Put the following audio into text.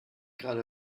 gerade